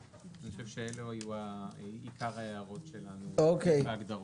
אני חושב שאלו היו עיקר ההערות שלנו בהגדרות.